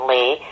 Lee